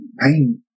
pain